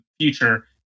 future